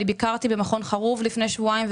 אני ביקרתי במכון חרוב לפני שבועיים,